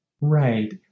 Right